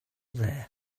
there